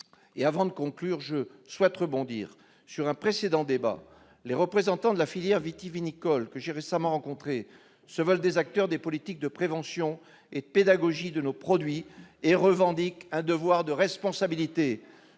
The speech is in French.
Avant de conclure, je souhaite rebondir sur un précédent débat. Les représentants de la filière vitivinicole que j'ai récemment rencontrés se veulent des acteurs des politiques de prévention et de pédagogie de nos produits et revendiquent un devoir de responsabilité.